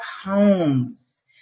Homes